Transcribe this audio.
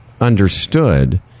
understood